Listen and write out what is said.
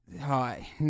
Hi